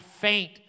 faint